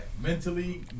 Mentally